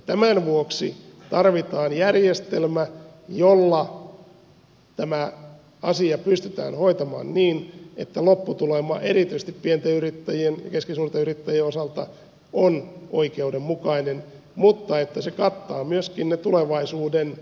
tämän vuoksi tarvitaan järjestelmä jolla tämä asia pystytään hoitamaan niin että lopputulema erityisesti pienten yrittäjien ja keskisuurten yrittäjien osalta on oikeudenmukainen mutta että se kattaa myös tulevaisuuden tasoitusvastuut